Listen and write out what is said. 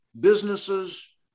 businesses